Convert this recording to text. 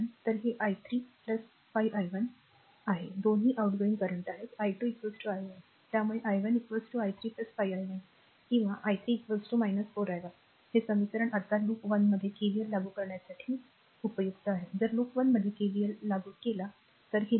तर हे i 3 5 i 1 आहे दोन्ही outgoing current आहेतi2 i 1 त्यामुळे i 1 r i 3 5 i 1 किंवा i 3 4 i 1 हे समीकरण आता लूप वनमध्ये KVL लागू करण्यासाठी जर लूप 1 मध्ये KVL लागू केले तर हे लूप